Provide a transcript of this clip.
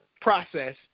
process